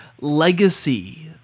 legacy